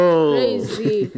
Crazy